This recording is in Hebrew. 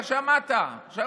הינה, שמעת.